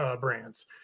brands